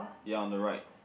ya on the right